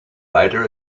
later